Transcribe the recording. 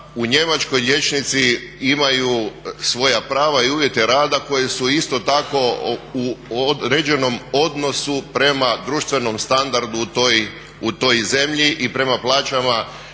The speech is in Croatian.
u Njemačkoj liječnici imaju svoja prava i uvjete rada koji su isto tako u određenom odnosu prema društvenom standardu u toj zemlji i prema plaćama